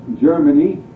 Germany